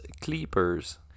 Clippers